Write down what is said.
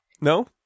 No